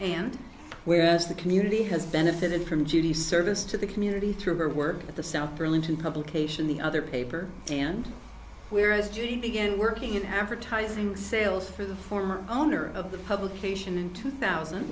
and whereas the community has benefited from judy service to the community through her work at the south burlington publication the other paper dan wewer as judy began working in advertising sales for the former owner of the publication in two thousand